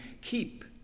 keep